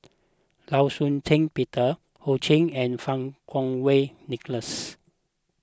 Law Shau Ping Peter Ho Ching and Fang Kuo Wei Nicholas